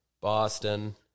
Boston